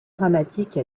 dramatique